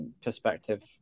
perspective